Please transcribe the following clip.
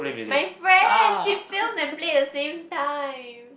my friend she film and play the same time